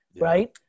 right